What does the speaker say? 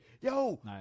yo